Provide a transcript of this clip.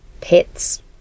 pets